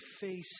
face